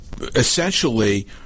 essentially